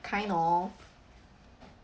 kind orh